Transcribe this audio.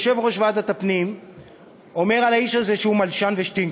יושב-ראש ועדת הפנים אומר על האיש הזה שהוא מלשן ושטינקר.